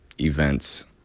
events